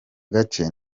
gace